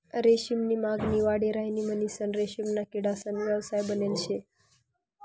रेशीम नी मागणी वाढी राहिनी म्हणीसन रेशीमना किडासना व्यवसाय बनेल शे